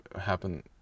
happen